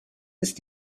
ist